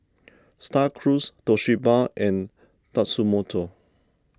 Star Cruise Toshiba and Tatsumoto